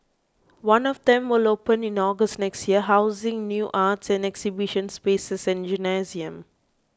one of them will open in August next year housing new arts and exhibition spaces and a gymnasium